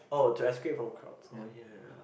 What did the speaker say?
oh to escape from crowds oh ya ya ya